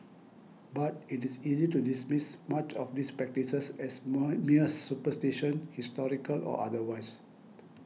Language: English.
but it is easy to dismiss much of these practices as more mere superstition historical or otherwise